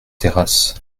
terrasse